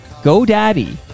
GoDaddy